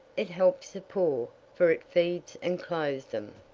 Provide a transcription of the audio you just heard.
it helps the poor, for it feeds and clothes them.